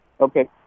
Okay